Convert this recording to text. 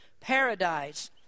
paradise